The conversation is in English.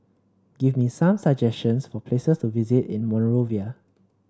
give me some suggestions for places to visit in Monrovia